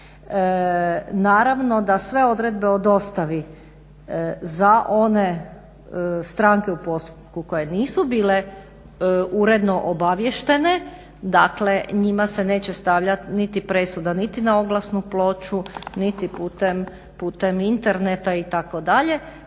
Naravno da sve odredbe o dostavi za one stranke u postupku koje nisu bile uredno obaviještene, dakle njima se neće stavljati niti presuda niti na oglasnu ploču niti putem interneta itd.,